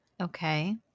Okay